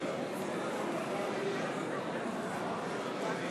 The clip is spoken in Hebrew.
מתחייב כחבר הממשלה לשמור אמונים למדינת